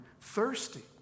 thirsty